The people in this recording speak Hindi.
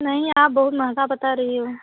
नहीं आप बहुत महँगा बता रही हो